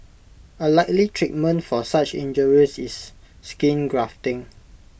A likely treatment for such injuries is skin grafting